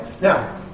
Now